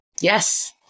Yes